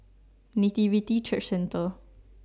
Nativity Church Centre